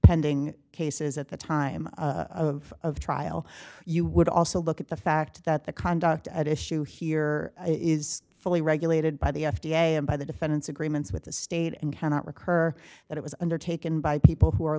pending cases at the time of trial you would also look at the fact that the conduct at issue here is fully regulated by the f d a and by the defendant's agreements with the state and cannot recur that it was undertaken by people who are